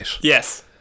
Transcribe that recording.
Yes